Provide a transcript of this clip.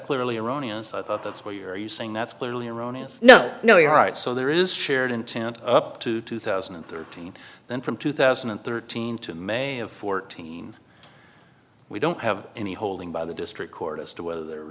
clearly erroneous i thought that's where you are you saying that's clearly erroneous no no you're right so there is shared intent up to two thousand and thirteen then from two thousand and thirteen to may of fourteen we don't have any holding by the district court as to whether the